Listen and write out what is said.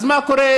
אז מה קורה